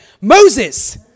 Moses